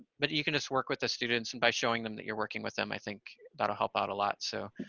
but you can just work with the students, and by showing them that you're working with them, i think that'll help out a lot so,